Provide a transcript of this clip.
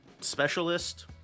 specialist